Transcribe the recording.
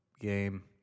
game